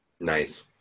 Nice